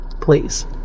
Please